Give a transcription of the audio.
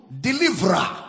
deliverer